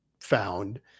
found